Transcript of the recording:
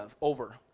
over